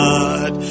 God